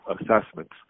assessments